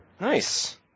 nice